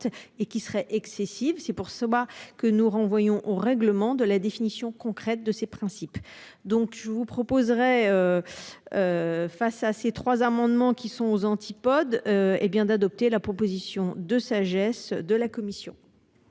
et qui serait excessive. C'est pour savoir que nous renvoyons au règlement de la définition concrète de ces principes, donc je vous proposerai. Face à ces trois amendements qui sont aux antipodes. Hé bien d'adopter la proposition de sagesse de la commission.